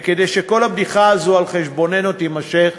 וכדי שכל הבדיחה הזו על חשבוננו תימשך,